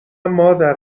مادر